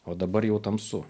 o dabar jau tamsu